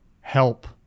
help